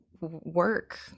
work